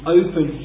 open